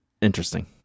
Interesting